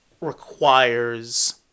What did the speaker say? requires